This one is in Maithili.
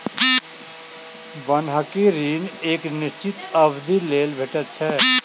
बन्हकी ऋण एक निश्चित अवधिक लेल भेटैत छै